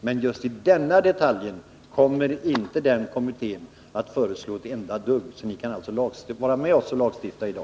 Men just i denna detalj kommer denna kommitté inte att föreslå ett enda dugg, och ni kan alltså vara med oss och lagstifta i dag.